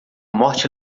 morte